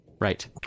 Right